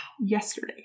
yesterday